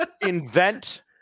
Invent